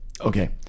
Okay